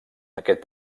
aquest